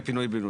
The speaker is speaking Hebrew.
בפינוי בינוי.